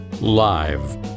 live